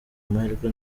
amahirwe